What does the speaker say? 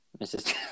Mrs